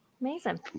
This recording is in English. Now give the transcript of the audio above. Amazing